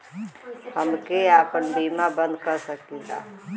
हमके आपन बीमा बन्द कर सकीला?